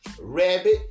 rabbit